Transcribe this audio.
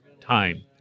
time